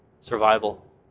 survival